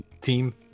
team